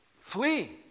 Flee